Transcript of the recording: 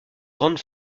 grande